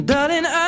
Darling